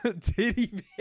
Titty